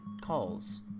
calls